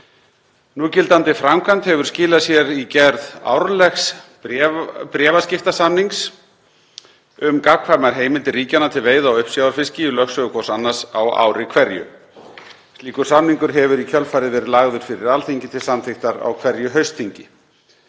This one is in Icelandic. Núgildandi framkvæmd hefur skilað sér í gerð árlegs bréfaskiptasamnings um gagnkvæmar heimildir ríkjanna til veiða á uppsjávarfiski í lögsögu hvors annars á ári hverju. Slíkur samningur hefur í kjölfarið verið lagður fyrir Alþingi til samþykktar á hverju haustþingi.